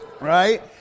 right